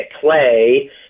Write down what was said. play